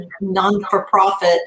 non-for-profit